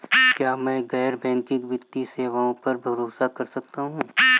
क्या मैं गैर बैंकिंग वित्तीय सेवाओं पर भरोसा कर सकता हूं?